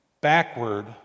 backward